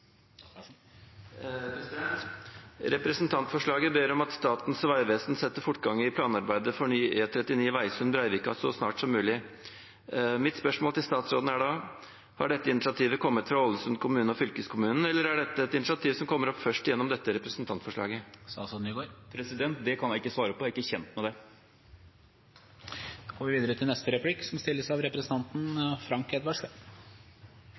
Representantforslaget ber om at Statens vegvesen setter fortgang i planarbeidet for ny E39 Vegsund–Breivika så snart som mulig. Mitt spørsmål til statsråden er da: Har dette initiativet kommet fra Ålesund kommune og fylkeskommunen, eller er dette et initiativ som kommer opp først gjennom dette representantforslaget? Det kan jeg ikke svare på. Jeg er ikke kjent med det. Samferdselsministeren seier at ønsket om å byggje meir veg som